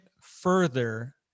further